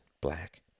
black